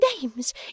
names